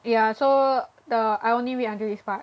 ya so the I only read until this part